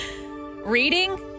Reading